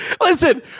listen